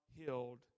healed